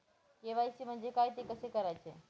KYC म्हणजे काय? ते कसे करायचे?